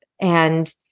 and-